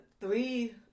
three